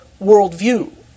worldview